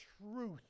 truth